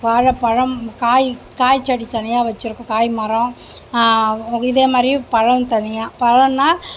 வாழைப்பழம் காய் காய்ச்செடி தனியாக வச்சியிருக்கோம் காய் மரம் இதேமாதிரி பழம் தனியாக பழம்னா